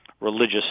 religious